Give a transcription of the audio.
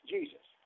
Jesus